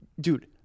Dude